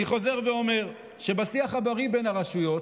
אני חוזר ואומר שבשיח הבריא בין הרשויות,